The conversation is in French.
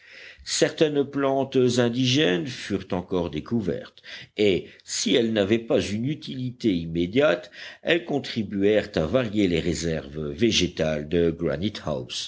certaines plantes indigènes furent encore découvertes et si elles n'avaient pas une utilité immédiate elles contribuèrent à varier les réserves végétales de